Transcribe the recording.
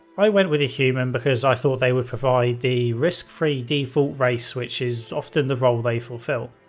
i went with a human because i thought they would provide the risk-free default race which is often the role they fulfill,